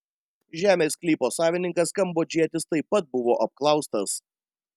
žemės sklypo savininkas kambodžietis taip pat buvo apklaustas